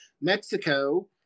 Mexico